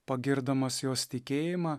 pagirdamas jos tikėjimą